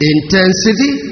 Intensity